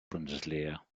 bundesliga